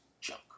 junk